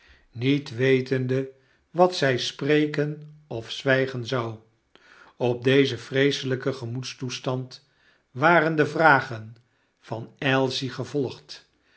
niet wetende wat zy spreken of zwygen zou op dezen vreeselyken gemoedstoestand waren de vragen van ailsie gevolgd